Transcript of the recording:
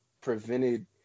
prevented